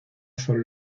son